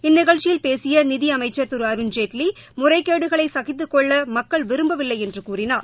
இந்நிகழ்ச்சியில் பேசிய நிதி அமைச்சர் திரு அருண்ஜேட்லி முறைகேடுகளை சகித்துக் கொள்ள மக்கள் விரும்பவில்லை என்று கூறினார்